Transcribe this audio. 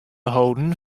holden